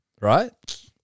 Right